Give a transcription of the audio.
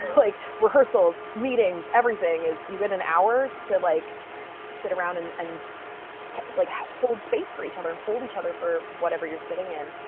like rehearsals, meetings, everything is, you get an hour to like sit around and and like hold space for each other and hold each other for whatever you're sitting in.